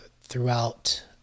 throughout